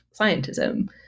scientism